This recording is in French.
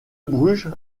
bruges